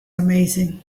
amazing